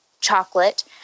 chocolate